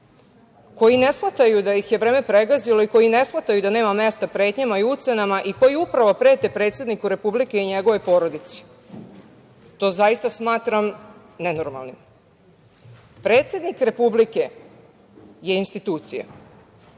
koji ne shvataju da ih je vreme pregazilo i koji ne shvataju da nema mesta pretnjama i ucenama i koji upravo prete predsedniku Republike i njegovoj porodici. To zaista smatram nenormalnim. Predsednik Republike je institucija,